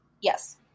Yes